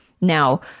Now